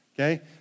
okay